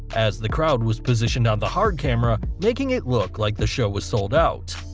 as the crowd was positioned on the hard camera, making it look like the show was sold out.